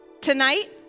Tonight